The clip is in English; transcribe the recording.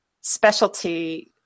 specialty